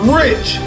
rich